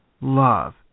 love